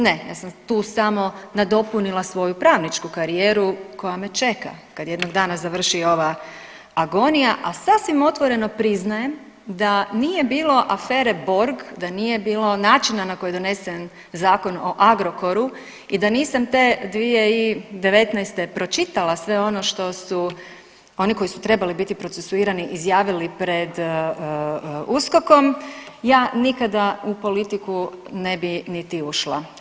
Ne, ja sam tu samo nadopunila samo svoju pravničku karijeru koja me čeka kad jednog dana završi ova agonija, a sasvim otvoreno priznajem da nije bilo afere Borg, da nije bilo načina na koji je donesen Zakon o Agrokoru i da nisam te 2019. pročitala sve ono što su oni koji su trebali biti procesuirani izjavili pred USKOK-om ja nikada u politiku ne bi niti ušla.